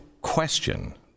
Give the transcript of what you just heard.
question